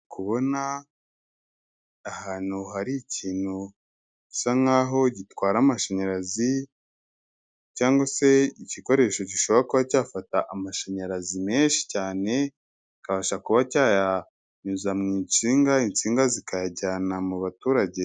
Ndukubona ahantu hari ikintu gisa nk'aho gitwara amashanyarazi cyangwa se igikoresho gishobora kuba cyafata amashanyarazi menshi cyane, kikabasha kuba cyayanyuza mu insinga, insinga zikayajyana mu baturage.